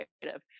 creative